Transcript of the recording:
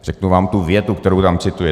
Řeknu vám tu větu, kterou cituje.